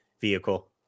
vehicle